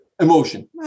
emotion